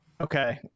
Okay